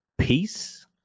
Peace